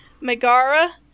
Megara